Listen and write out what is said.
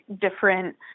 different